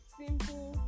simple